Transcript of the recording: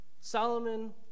Solomon